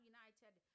United